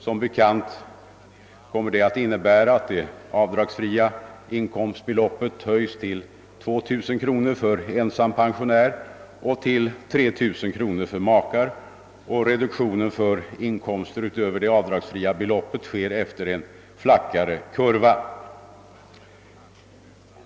Som bekant kommer det att innebära att det avdragsfria inkomstbeloppet höjs till 2000 kronor för ensam pensionär och till 3 000 kronor för makar, och reduktionen för inkomster utöver det avdragsfria beloppet sker efter en flackare kurva.